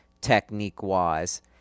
technique-wise